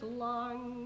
long